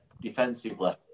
defensively